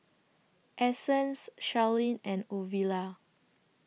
Essence Sharlene and Ovila